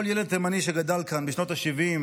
כל ילד תימני שגדל כאן בשנות השבעים